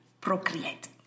Procreate